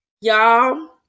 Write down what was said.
y'all